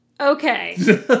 okay